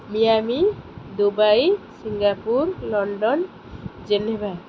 Miami Dubai Singapore London Geneva